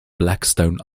blackstone